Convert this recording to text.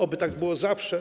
Oby tak było zawsze.